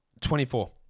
24